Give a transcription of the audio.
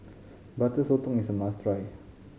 Butter Sotong is a must try